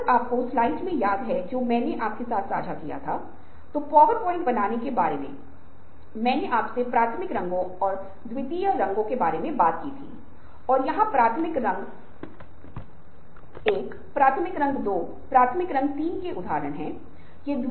चरण स्पष्ट रूप से काटे नहीं जाते हैं वे अतिव्यापी हो सकते हैं